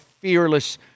fearless